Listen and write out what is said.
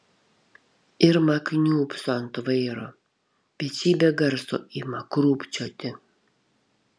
irma kniūbso ant vairo pečiai be garso ima krūpčioti